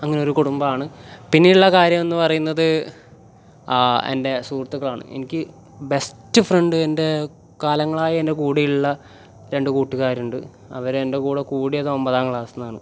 അങ്ങനെ ഒരു കുടുംബമാണ് പിന്നെയുള്ള കാര്യം എന്ന് പറയുന്നത് എൻ്റെ സുഹൃത്തുക്കളാണ് എനിക്ക് ബെസ്റ്റ് ഫ്രണ്ട് എൻ്റെ കാലങ്ങളായി എൻ്റെ കൂടെ ഉള്ള രണ്ട് കൂട്ടുകാരുണ്ട് അവർ എൻ്റെ കൂടെ കൂടിയത് ഒമ്പതാം ക്ലാസിൽ നിന്നാണ്